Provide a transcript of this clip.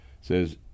says